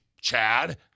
Chad